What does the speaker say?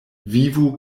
vivu